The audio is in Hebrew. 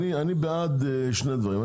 אני בעד שני דברים.